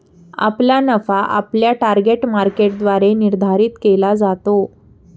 आपला नफा आपल्या टार्गेट मार्केटद्वारे निर्धारित केला जातो